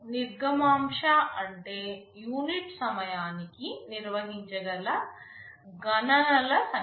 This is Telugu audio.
నిర్గమాంశఅంటే యూనిట్ సమయానికి నిర్వహించగల గణనల సంఖ్య